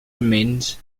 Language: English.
remains